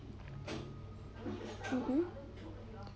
mmhmm